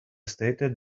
stated